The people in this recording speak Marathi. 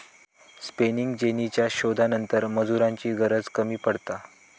स्पेनिंग जेनीच्या शोधानंतर मजुरांची गरज कमी पडता